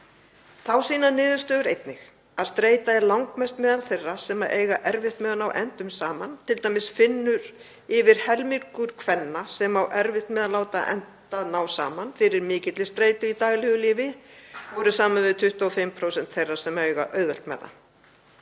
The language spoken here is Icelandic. Þá sýna niðurstöður einnig að streita er langmest meðal þeirra sem eiga erfitt með að ná endum saman, t.d. finnur yfir helmingur kvenna sem á erfitt með að láta enda ná saman fyrir mikilli streitu í daglegu lífi, borið saman við 25% þeirra sem eiga auðvelt með